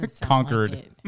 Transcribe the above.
Conquered